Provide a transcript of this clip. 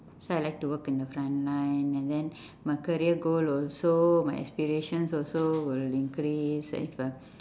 so I like to work in the front line then my career goal also my aspirations also will increase if uh